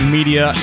Media